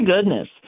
goodness